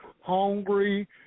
hungry